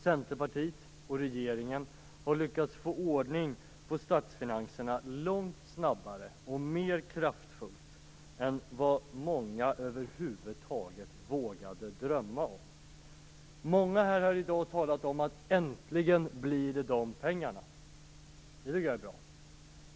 Centerpartiet och regeringen har lyckats få ordning på statsfinanserna långt snabbare och mer kraftfullt än vad många över huvud taget vågat drömma om. Många har i dag talat om att äntligen kommer de pengarna. Det tycker jag är bra.